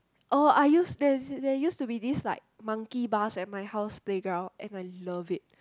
orh I use there's there used to be these like monkey bars at my house playground and I love it